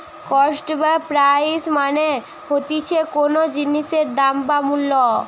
cost বা price মানে হতিছে কোনো জিনিসের দাম বা মূল্য